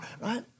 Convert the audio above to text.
right